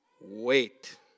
wait